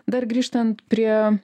dar grįžtant prie